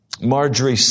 Marjorie